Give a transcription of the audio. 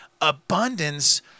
abundance